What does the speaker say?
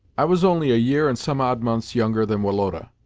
i was only a year and some odd months younger than woloda,